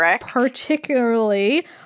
particularly